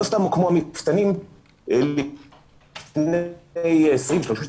לא סתם הוקמו המפתנים - לפני 30-20 שנים,